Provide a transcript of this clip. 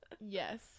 Yes